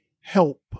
help